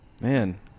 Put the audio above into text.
Man